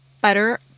Butter